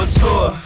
tour